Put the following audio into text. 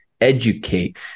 educate